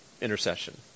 intercession